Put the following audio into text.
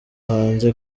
hanze